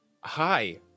hi